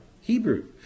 Hebrew